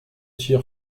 tir